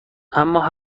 اما